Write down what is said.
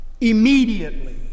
Immediately